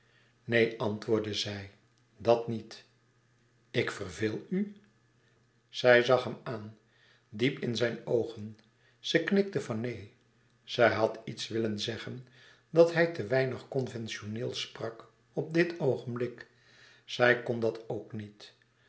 neen antwoordde zij dat niet ik verveel u zij zag hem aan diep in zijne oogen zij knikte van neen zij had iets willen zeggen dat hij te weinig conventioneel sprak op dit oogenblik zij kon dat ook niet